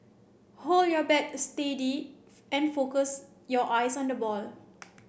hold your bat steady and focus your eyes on the ball